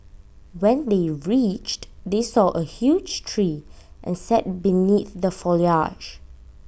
when they reached they saw A huge tree and sat beneath the foliage